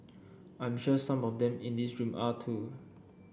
I am sure some of them in this room are too